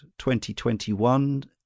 2021